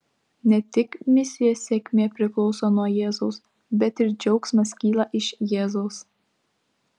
ne tik misijos sėkmė priklauso nuo jėzaus bet ir džiaugsmas kyla iš jėzaus